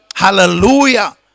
Hallelujah